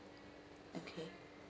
okay